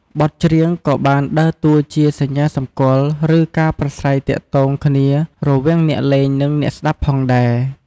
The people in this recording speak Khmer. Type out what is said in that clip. បទច្រៀងក៏បានដើរតួជា សញ្ញាសម្គាល់ ឬការប្រាស្រ័យទាក់ទងគ្នា រវាងអ្នកលេងនិងអ្នកស្តាប់ផងដែរ។